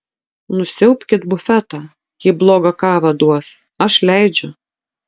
nusiaubkit bufetą jei blogą kavą duos aš leidžiu